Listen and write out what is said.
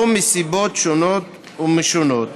או מסיבות שונות ומשונות.